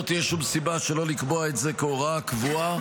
תהיה שום סיבה שלא לקבוע את זה כהוראה קבועה.